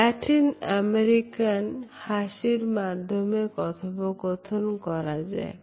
Latin American হাসির মাধ্যমে কথোপকথন করা যায়